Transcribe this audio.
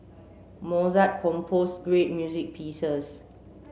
Mozart composed great music pieces